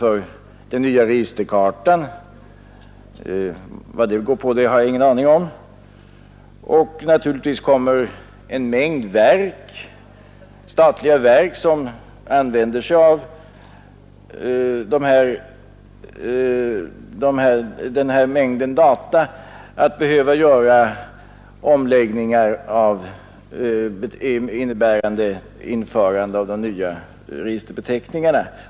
Vad den nya registerkartan går på har jag ingen aning om, och naturligtvis kommer en mängd statliga verk som använder den här mängden data att behöva göra omläggningar, som innebär införande av de nya registerbeteckningarna.